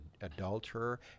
adulterer